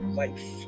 life